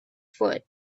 foot